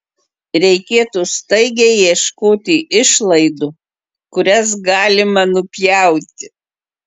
reikėtų staigiai ieškoti išlaidų kurias galima nupjauti